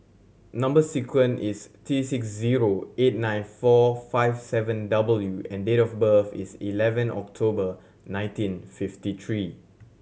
number sequence is T six zero eight nine four five seven W and date of birth is eleven October nineteen fifty three